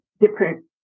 different